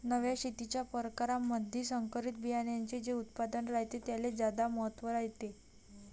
नव्या शेतीच्या परकारामंधी संकरित बियान्याचे जे उत्पादन रायते त्याले ज्यादा महत्त्व रायते